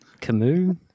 Camus